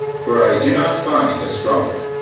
for i do not find a stronger.